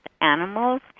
animals